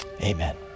Amen